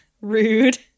rude